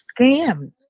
scammed